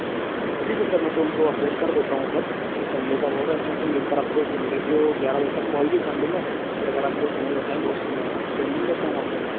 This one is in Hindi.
जी जी ठीक है सर मैं तो उनको अपडेट कर देता हूँ पर कि संडे का बोल रए हैं सर तो मे एक बार आपको संडे को ग्यारह बजे तक कॉल भी कर लूँगा फिर अगर आप जो समय बताएँगे उस समय आपसे मिल लेता हूँ आकर मैं